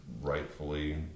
rightfully